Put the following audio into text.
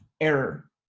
error